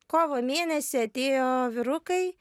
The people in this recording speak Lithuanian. kovo mėnesį atėjo vyrukai